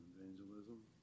evangelism